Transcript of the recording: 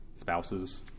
Spouses